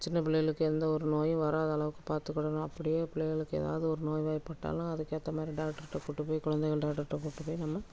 சின்ன பிள்ளைளுக்கு எந்த ஒரு நோயும் வராத அளவுக்கு பார்த்துக்கிடணும் அப்படியே பிள்ளைகளுக்கு ஏதாவது ஒரு நோய்வாய்பட்டாலும் அதுக்கேற்ற மாதிரி டாக்டர்கிட்ட கூட்டு போய் குழந்தைகள் டாக்டர்கிடட கூட்டு போய் நம்ம